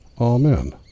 amen